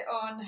on